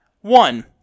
One